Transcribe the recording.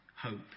hope